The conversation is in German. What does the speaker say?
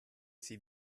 sie